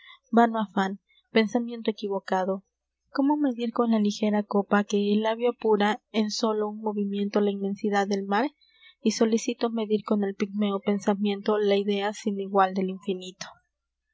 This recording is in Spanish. vano afan pensamiento equivocado cómo medir con la ligera copa que el labio apura en solo un movimiento la inmensidad del mar y solicito medir con el pigmeo pensamiento la idea sin igual del infinito